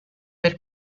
per